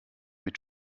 mit